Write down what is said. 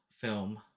film